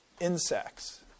insects